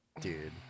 Dude